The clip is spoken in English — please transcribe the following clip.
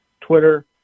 Twitter